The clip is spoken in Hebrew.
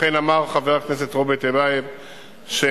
אכן אמר חבר הכנסת רוברט טיבייב שעמדתי